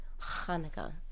Hanukkah